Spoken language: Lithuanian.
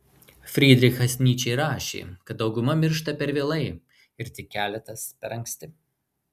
frydrichas nyčė rašė kad dauguma miršta per vėlai ir tik keletas per anksti